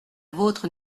vôtre